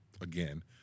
again